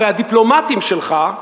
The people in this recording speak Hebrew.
הרי הדיפלומטים שלך,